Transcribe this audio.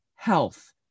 health